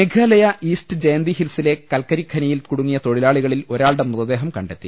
Meghalaya East Jaintia ഹിൽസിലെ കൽക്കരി ഖനിയിൽ കൂടുങ്ങിയ തൊഴിലാളികളിൽ ഒരാളുടെ മൃതദേഹം കണ്ടെത്തി